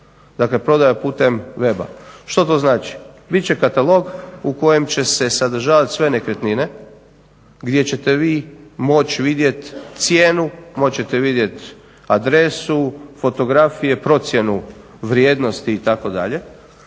dakle prodaja putem weba. Što to znači? Bit će katalog u kojem će se sadržavati sve nekretnine gdje ćete vi moći vidjeti cijenu, moći ćete vidjeti adresu fotografije, procjenu vrijednosti itd.